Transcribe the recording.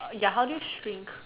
ya how do you stink